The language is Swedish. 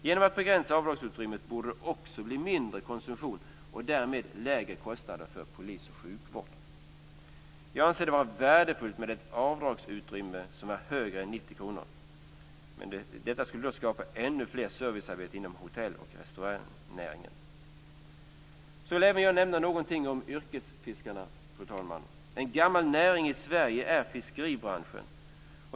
Genom att begränsa avdragsutrymmet borde det också bli mindre konsumtion och därmed lägre kostnader för polis och sjukvård. Jag anser det vara värdefullt med ett avdragsutrymme som är högre än 90 kr, men detta skulle skapa ännu fler servicearbeten inom hotell och restaurangnäringen. Jag vill även nämna någonting om yrkesfiskarna, fru talman. En gammal näring i Sverige är fiskeribranschen.